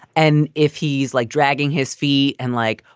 and if he's like dragging his feet and like,